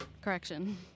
Correction